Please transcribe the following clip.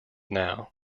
now